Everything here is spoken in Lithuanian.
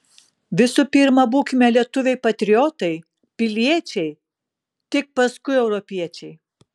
visų pirma būkime lietuviai patriotai piliečiai tik paskui europiečiai